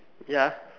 ya